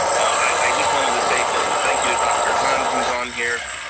i just wanted to say thank you to dr. hund who's on here.